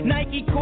Nike